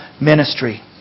ministry